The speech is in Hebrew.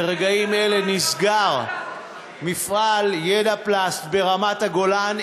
ברגעים אלה נסגר מפעל "ידע פלסט" ברמת-הגולן,